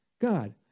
God